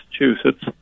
Massachusetts